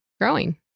growing